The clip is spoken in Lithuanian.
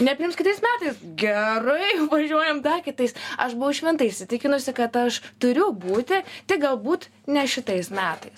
nepriims kitais metais gerai važiuojam dar kitais aš buvau šventai įsitikinusi kad aš turiu būti tik galbūt ne šitais metais